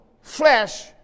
flesh